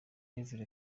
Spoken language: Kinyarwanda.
rev